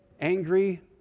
angry